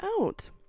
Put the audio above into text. out